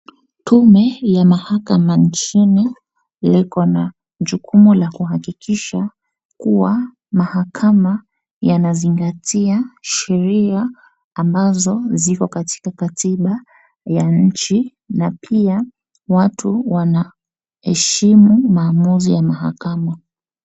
Tume ya mahakama nchini likona jukumu la kuhakikisha kuwa mahakama yanazingatia sheria ambazo ziko katika katiba ya nchi na pia watu wanaheshimu maamuzi ya mahakama.